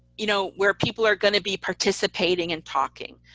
you know, where people are going to be participating and talking.